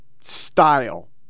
style